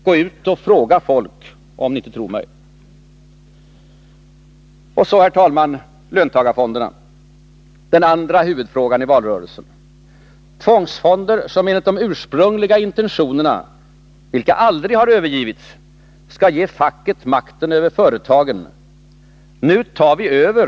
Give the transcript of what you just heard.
Gå ut och fråga folk, om ni inte tror mig! Och så, herr talman, löntagarfonderna, den andra huvudfrågan i valrörelsen — tvångsfonder som enligt de ursprungliga intentionerna, vilka aldrig övergivits, skall ge facket ”makten över företagen”. ”Nu tar vi över.